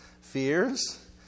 Fears